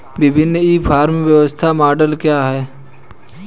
विभिन्न e commerce व्यवसाय model क्या हैं?